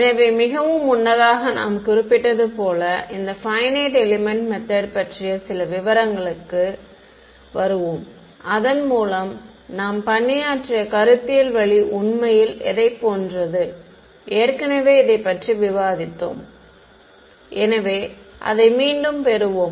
எனவே மிகவும் முன்னதாக நாம் குறிப்பிட்டது போல இந்த பையனைட் எலெமென்ட் மெத்தட் பற்றிய சில விவரங்களுக்கு வருவோம் அதன் மூலம் நாம் பணியாற்றிய கருத்தியல் வழி உண்மையில் எதைப் போன்றது ஏற்கனவே இதைப் பற்றி விவாதித்தோம் என்று அழைக்கப்படுகிறது எனவே அதை மீண்டும் பெறுவோம்